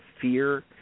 fear